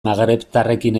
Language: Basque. magrebtarrekin